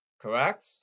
Correct